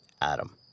Adam